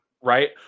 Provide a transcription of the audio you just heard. Right